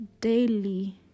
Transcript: daily